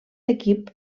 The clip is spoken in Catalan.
equip